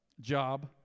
job